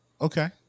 okay